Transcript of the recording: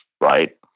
right